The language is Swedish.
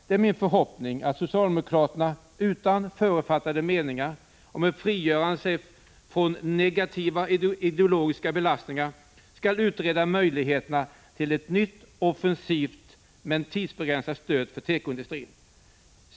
Det är min förhoppning att socialdemokraterna utan förutfattade meningar och med frigörande från negativa ideologiska belastningar skall utreda möjligheterna till ett nytt offensivt men tidsbegränsat stöd för tekoindustrin.